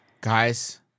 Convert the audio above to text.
Guys